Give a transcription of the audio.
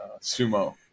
sumo